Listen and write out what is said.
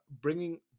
bringing